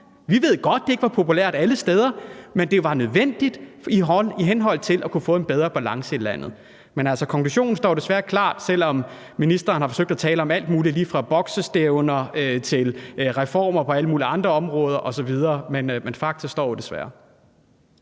Vi ved godt, at det ikke var populært alle steder, men det var nødvendigt for at kunne få en bedre balance i landet. Men konklusionen står jo desværre klar, selv om ministeren har forsøgt at tale om alt muligt lige fra boksestævner til reformer på alle mulige andre områder osv.; men fakta står jo desværre.